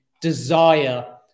desire